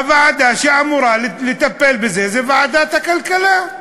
הוועדה שאמורה לטפל בזה היא ועדת הכלכלה.